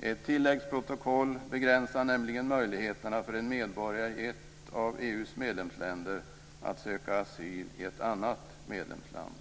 Ett tilläggsprotokoll begränsar nämligen möjligheterna för en medborgare i ett av EU:s medlemsländer att söka asyl i ett annat medlemsland.